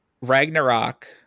Ragnarok